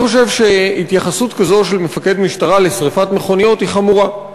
אני חושב שהתייחסות כזאת של מפקד משטרה לשרפת מכוניות היא חמורה.